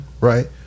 right